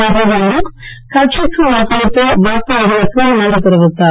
ராகுல்காந்தி கட்சிக்கு வாக்களித்த வாக்காளர்களுக்கு நன்றி தெரிவித்தார்